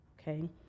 okay